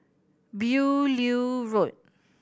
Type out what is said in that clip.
Beaulieu Road